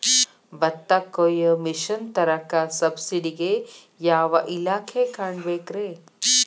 ಭತ್ತ ಕೊಯ್ಯ ಮಿಷನ್ ತರಾಕ ಸಬ್ಸಿಡಿಗೆ ಯಾವ ಇಲಾಖೆ ಕಾಣಬೇಕ್ರೇ?